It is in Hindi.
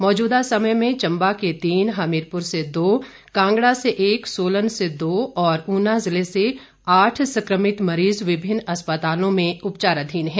मौजूदा समय में चंबा के तीन हमीरपुर से दो कांगड़ा से एक सोलन से दो और ऊना जिले से आठ संक्रमित मरीज विभिन्न अस्पतालों में उपचाराधीन हैं